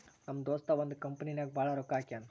ನಮ್ ದೋಸ್ತ ಒಂದ್ ಕಂಪನಿ ನಾಗ್ ಭಾಳ್ ರೊಕ್ಕಾ ಹಾಕ್ಯಾನ್